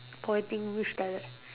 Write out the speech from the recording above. pointing which direct